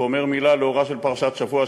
ואומר מילה לאורה של פרשת השבוע,